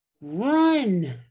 run